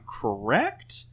correct